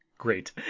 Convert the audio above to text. Great